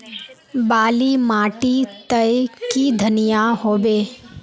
बाली माटी तई की धनिया होबे?